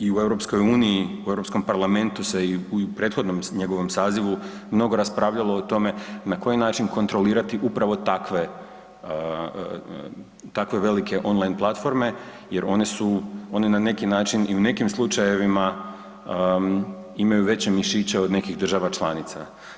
i u EU i u Europskom parlamentu se i u prethodnom njegovom sazivu mnogo raspravljalo o tome na koji način kontrolirati upravo takve, takve velike on line platforme jer one su, one na neki način i u nekim slučajevima imaju veće mišiće od nekih država članica.